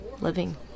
living